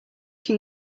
can